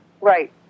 Right